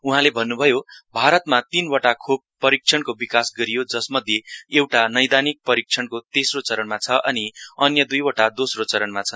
उहाँले भन्न्भयो भारतमा तीनवटा खोप परिक्षणको विकास गरियो जसमध्ये एउटा नैदानिक परिक्षणको तेश्रो चरणमा छ अनि अन्य दुईवटा दोस्रो चरणमा छन्